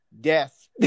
death